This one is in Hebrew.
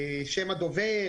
שם הדובר,